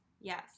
yes